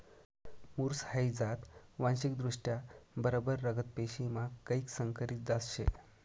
मुर्स हाई जात वांशिकदृष्ट्या बरबर रगत पेशीमा कैक संकरीत जात शे